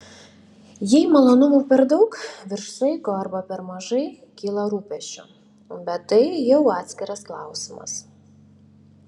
jei malonumų per daug virš saiko arba per mažai kyla rūpesčių bet tai jau atskiras klausimas